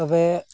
ᱛᱚᱵᱮ